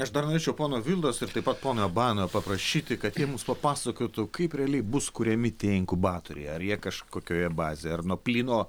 aš dar norėčiau pono vildos ir taip pat pono banio paprašyti kad jie mums papasakotų kaip realiai bus kuriami tie inkubatoriai ar jie kažkokioje bazėje ar nuo plyno